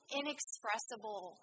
inexpressible